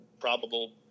Probable